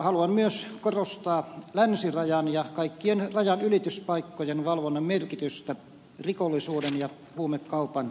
haluan myös korostaa länsirajan ja kaikkien rajanylityspaikkojen valvonnan merkitystä rikollisuuden ja huumekaupan